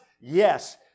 yes